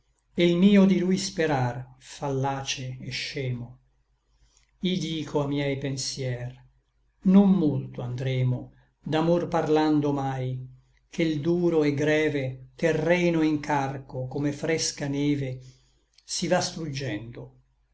e l mio di lui sperar fallace et scemo i dico a miei pensier non molto andremo d'amor parlando omai ché l duro et greve terreno incarco come frescha neve si va struggendo